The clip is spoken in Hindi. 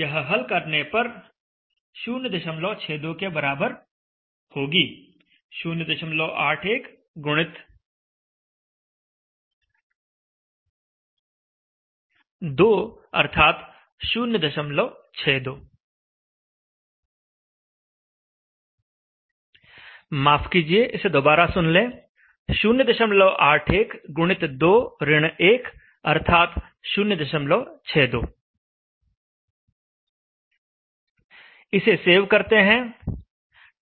यह हल करने पर 062 के बराबर होगी 081 गुणित 2 ऋण 1 अर्थात 062 इसे सेव करते हैं